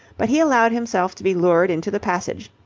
but he allowed himself to be lured into the passage,